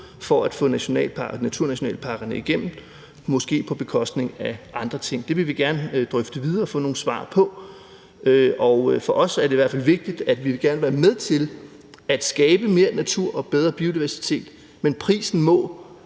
for at få naturnationalparkerne igennem – måske på bekostning af nogle andre ting. Det vil vi gerne drøfte videre og få nogle svar på. Så for os er det i hvert fald vigtigt, at vi gerne vil være med til at skabe mere natur og bedre biodiversitet, men prisen må